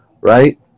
right